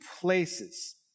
places